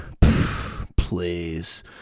please